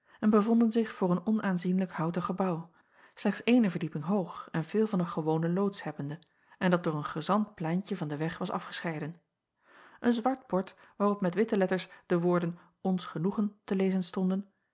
en bevonden zich voor een onaanzienlijk houten gebouw slechts eene verdieping hoog en veel van een gewone loods hebbende en dat door een gezand pleintje van den weg was afgescheiden en zwart bord waarop met witte letters de woorden te lezen stonden